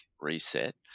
Reset